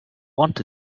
want